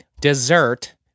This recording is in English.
dessert